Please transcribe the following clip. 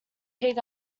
pig